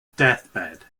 deathbed